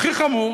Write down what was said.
הכי חמור